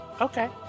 Okay